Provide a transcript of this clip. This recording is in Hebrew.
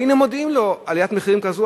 והנה מודיעים לו: עליית מחירים כזו,